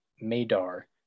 Madar